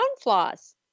flaws